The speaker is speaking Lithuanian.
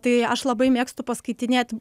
tai aš labai mėgstu paskaitinėt